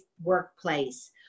workplace